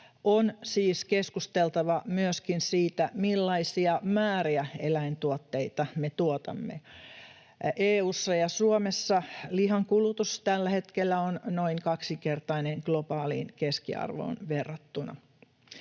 On siis keskusteltava myöskin siitä, millaisia määriä eläintuotteita me tuotamme. EU:ssa ja Suomessa lihan kulutus tällä hetkellä on noin kaksinkertainen globaaliin keskiarvoon verrattuna.